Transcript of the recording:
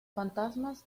fantasmas